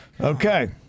Okay